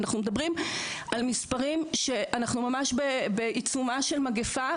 אנחנו מדברים על מספרים שאנחנו ממש בעיצומה של מגפה,